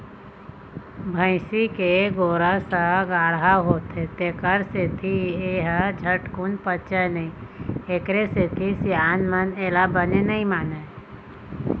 भइसी के गोरस ह गाड़हा होथे तेखर सेती ए ह झटकून पचय नई एखरे सेती सियान मन एला बने नइ मानय